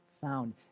found